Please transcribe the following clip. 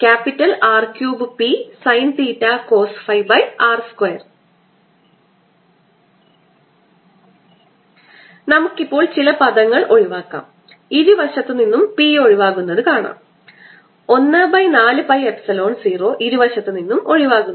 rr214π04π3R3Psinθcosϕr2 നമുക്ക് ഇപ്പോൾ ചില പദങ്ങൾ ഒഴിവാക്കാം ഇരുവശത്തുനിന്നും P ഒഴിവാകുന്നത് കാണാം 14 പൈ എപ്സിലോൺ 0 ഇരുവശത്തുനിന്നും ഒഴിവാക്കുന്നു